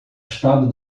estado